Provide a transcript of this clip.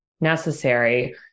necessary